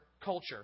culture